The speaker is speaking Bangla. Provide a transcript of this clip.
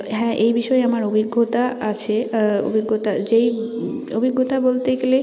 হ্যাঁ এই বিষয়ে আমার অভিজ্ঞতা আছে অভিজ্ঞতা যেই অভিজ্ঞতা বলতে গেলে